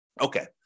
Okay